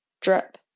drip